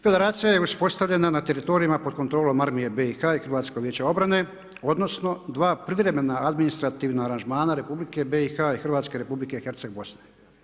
Federacija je uspostavljena na teritorijima pod kontrolom Armije BIH i HVO, odnosno dva privremena administrativna aranžmana Republike BIH i Hrvatske Republike Herceg-Bosne.